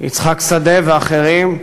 יצחק שדה ואחרים,